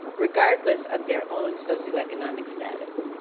regardless of their own socioeconomic status.